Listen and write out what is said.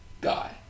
guy